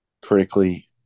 critically